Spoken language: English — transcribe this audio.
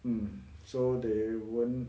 um so they won't